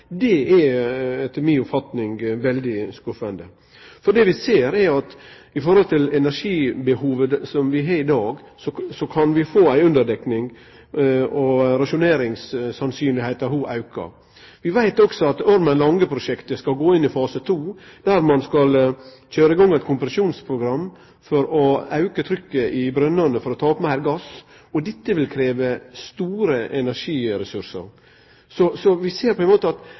Det er etter mi oppfatning veldig skuffande. Det vi ser, er at når det gjeld det energibehovet som vi har i dag, kan vi få ei underdekning, og rasjoneringssannsynlegheita aukar. Vi veit òg at Ormen Lange-prosjektet skal gå inn i fase 2, der ein skal køyre i gang eit kompresjonsprogram for å auke trykket i brønnane for å ta opp meir gass. Dette vil krevje store energiressursar. Så vi ser på ein måte at